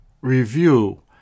review